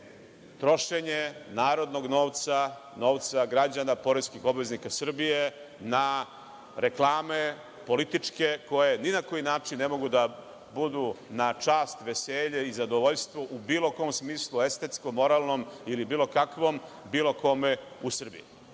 trošenje narodnog novca, novca građana, poreskih obveznika Srbije na reklame, političke, koje ni na koji način ne mogu da budu na čast, veselje i zadovoljstvo u bilo kom smislu, estetskom, moralnom ili bilo kakvom, bilo kome u Srbiji. Svedoci